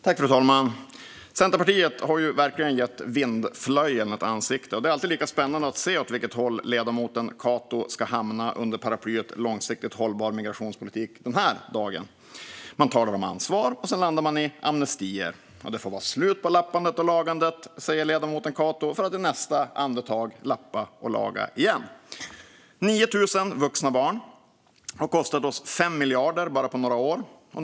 Fru talman! Centerpartiet har verkligen gett vindflöjeln ett ansikte. Det är alltid lika spännande att se åt vilket håll ledamoten Cato ska hamna under paraplyet långsiktigt hållbar migrationspolitik den här dagen. Man talar om ansvar, och sedan landar man i amnestier. Det får vara slut på lappandet och lagandet, säger ledamoten Cato, för att i nästa andetag lappa och laga igen. 9 000 vuxna barn har kostat oss 5 miljarder bara på några år.